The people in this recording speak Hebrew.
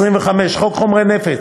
25. חוק חומרי נפץ,